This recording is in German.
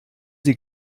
sie